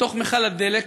בתוך מכל הדלק,